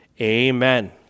Amen